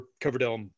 Coverdale